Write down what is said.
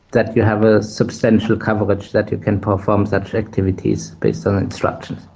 that you have a substantial coverage that you can perform such activities based on instructions.